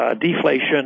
deflation